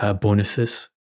bonuses